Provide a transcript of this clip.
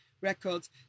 records